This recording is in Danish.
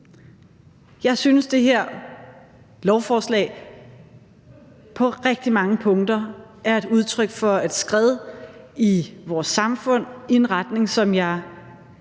Jeg synes, at det her lovforslag på rigtig mange punkter er et udtryk for et skred i vores samfund i en retning, som jeg